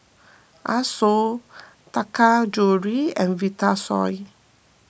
Asos Taka Jewelry and Vitasoy